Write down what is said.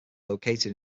located